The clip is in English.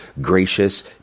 gracious